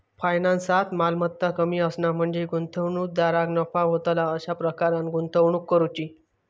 फायनान्सात, मालमत्ता कमी असणा म्हणजे गुंतवणूकदाराक नफा होतला अशा प्रकारान गुंतवणूक करुची